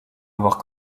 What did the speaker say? avoir